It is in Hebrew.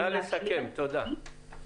נא לסכם, תודה.